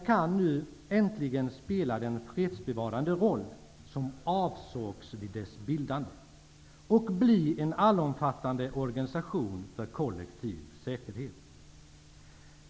FN kan nu äntligen spela den fredsbevarande roll som avsågs vid dess bildande, och bli en allomfattande organisation för kollektiv säkerhet.